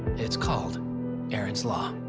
it's called aaron's law.